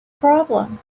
problem